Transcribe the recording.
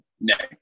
next